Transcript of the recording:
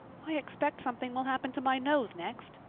i expect something will happen to my nose next.